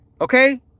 Okay